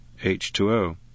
H2O